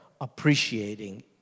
appreciating